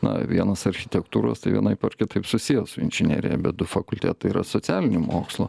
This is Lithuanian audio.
na vienas architektūros tai vienaip ar kitaip susiję su inžinerija bet du fakultetai yra socialinių mokslų